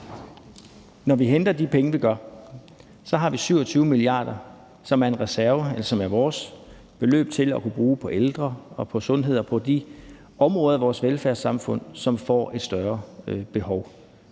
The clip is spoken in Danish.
Når vi henter de penge, vi gør, så har vi 27 mia. kr., som er en reserve, og som er vores beløb til at kunne bruge på ældre og på sundhed og på de områder af vores velfærdssamfund, som får et større behov.